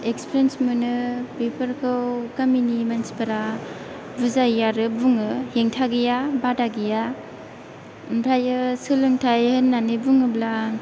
experience मोनो बेफोरखौ गामिनि मानसिफोरा बुजायो आरो बुङाे हेंथा गैया बादा गैया ओमफ्रायो सोलोंथाय होन्नानै बुङाेब्ला